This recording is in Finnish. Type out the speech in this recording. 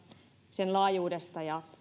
laajuudesta ja